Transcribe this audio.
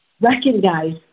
recognize